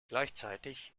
gleichzeitig